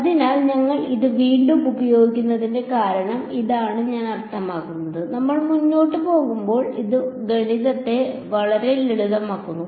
അതിനാൽ ഞങ്ങൾ ഇത് വീണ്ടും ഉപയോഗിക്കുന്നതിന്റെ കാരണം ഇതാണ് ഞാൻ അർത്ഥമാക്കുന്നത് നമ്മൾ മുന്നോട്ട് പോകുമ്പോൾ ഇത് ഗണിതത്തെ വളരെ ലളിതമാക്കുന്നു